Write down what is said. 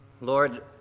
Lord